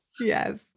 Yes